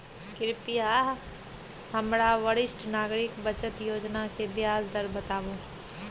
कृपया हमरा वरिष्ठ नागरिक बचत योजना के ब्याज दर बताबू